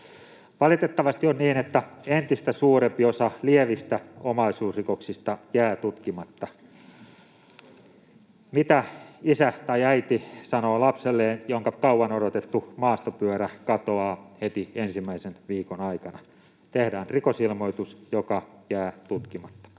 Valitettavasti on niin, että entistä suurempi osa lievistä omaisuusrikoksista jää tutkimatta. Mitä isä tai äiti sanoo lapselleen, jonka kauan odotettu maastopyörä katoaa heti ensimmäisen viikon aikana? Tehdään rikosilmoitus, joka jää tutkimatta.